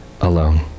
alone